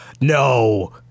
No